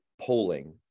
polling